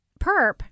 perp